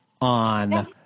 on